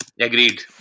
agreed